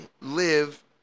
live